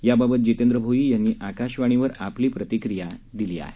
याबाबत जितेंद्र भोई यांनी आकाशवाणीवर आपली प्रतिक्रिया दिली आहे